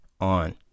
on